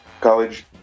college